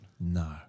No